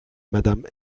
madame